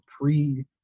pre